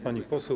Pani Poseł!